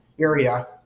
area